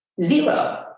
zero